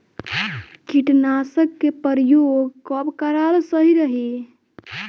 कीटनाशक के प्रयोग कब कराल सही रही?